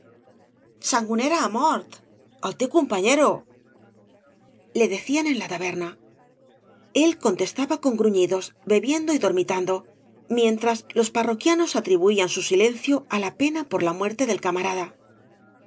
ha mórt el teu compañero le decían en la taberna el contestaba con gruñidos bebiendo y dormitando mientras los parroquianos atribuían eu silencio á la pena por la muerte del camarada